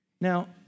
Now